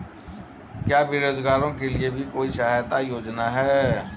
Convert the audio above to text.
क्या बेरोजगारों के लिए भी कोई सहायता योजना है?